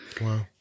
Wow